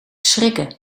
schrikken